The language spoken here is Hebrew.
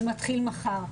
זה מתחיל מחר.